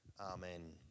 Amen